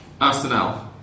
Arsenal